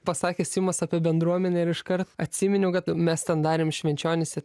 pasakė simas apie bendruomenę ir iškart atsiminiau kad mes ten darėm švenčionyse